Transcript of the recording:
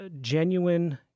genuine